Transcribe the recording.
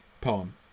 poem